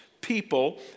people